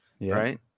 right